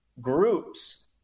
groups